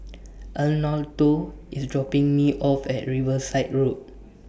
Arnoldo IS dropping Me off At Riverside Road